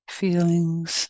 feelings